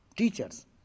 teachers